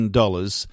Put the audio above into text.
dollars